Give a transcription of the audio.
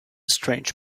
strange